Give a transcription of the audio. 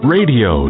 Radio